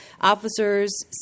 officers